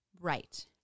Right